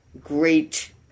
great